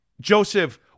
Joseph